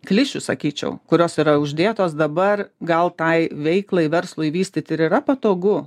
klišių sakyčiau kurios yra uždėtos dabar gal tai veiklai verslui vystyti ir yra patogu